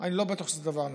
אני לא בטוח שזה דבר נכון.